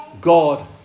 God